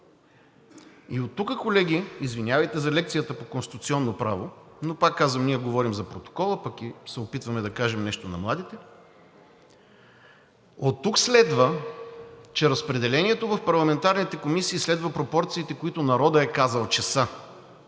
И оттук, колеги, извинявайте за лекцията по Конституционно право, но пак казвам, ние говорим за протокола, пък и се опитваме да кажем нещо на младите, оттук следва, че разпределението в парламентарните комисии следва пропорциите, които народът е казал, че са,